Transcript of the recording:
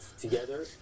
together